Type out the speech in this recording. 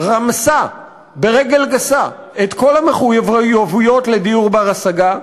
רמסה ברגל גסה את כל המחויבויות לדיור בר-השגה.